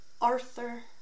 Arthur